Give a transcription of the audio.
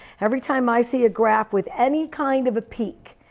every time i see a graph with any kind of peak,